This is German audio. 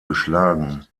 geschlagen